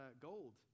gold